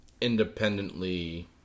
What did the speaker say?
independently